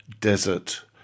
desert